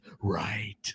right